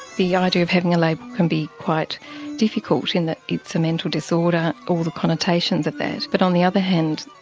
the idea of having a label can be quite difficult in that it's a mental disorder all the connotations of that. but on the other hand,